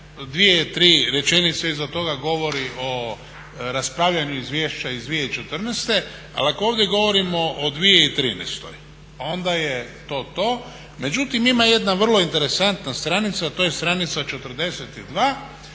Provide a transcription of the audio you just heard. tri rečenice iza toga govorio o raspravljanju izvješća iz 2014. Ali ako ovdje govorimo o 2013. onda je to to, međutim ima jedna vrlo interesantna stranica, to je stranica 42